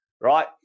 right